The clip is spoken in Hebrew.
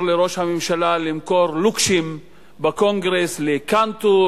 אבל כנראה קל יותר לראש הממשלה למכור לוקשים בקונגרס לקנטור